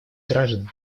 граждан